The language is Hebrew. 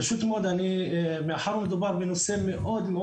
פשוט מאוד מאחר ומדובר בנושא מאוד מאוד